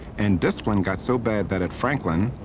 and discipline got so bad that at franklin,